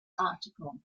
article